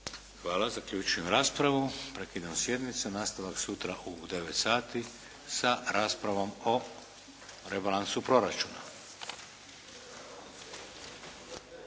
Hvala. Zaključujem raspravu. Prekidam sjednicu. Nastavak sutra u 9,00 sati sa raspravom o rebalansu proračuna.